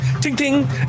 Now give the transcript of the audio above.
ting-ting